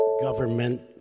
government